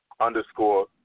underscore